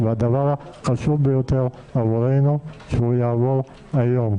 חשוב ביותר עבורנו שהוא יעבור היום.